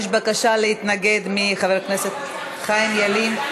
יש בקשה להתנגד מחבר הכנסת חיים ילין,